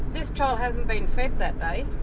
this child hadn't been fed that day.